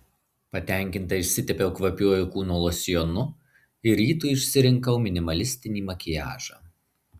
patenkinta išsitepiau kvapiuoju kūno losjonu ir rytui išsirinkau minimalistinį makiažą